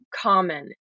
common